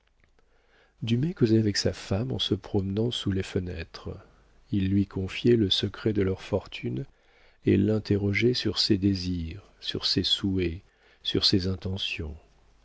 causait avec sa femme en se promenant sous les fenêtres il lui confiait le secret de leur fortune et l'interrogeait sur ses désirs sur ses souhaits sur ses intentions